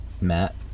matt